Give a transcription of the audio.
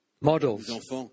models